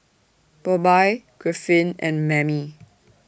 Bobbye Griffith and Mammie